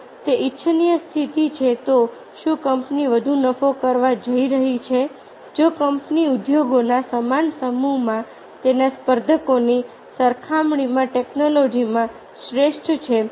જો તે ઇચ્છનીય સ્થિતિ છે તો શું કંપની વધુ નફો કરવા જઈ રહી છે જો કંપની ઉદ્યોગોના સમાન સમૂહમાં તેના સ્પર્ધકોની સરખામણીમાં ટેક્નોલોજીમાં શ્રેષ્ઠ છે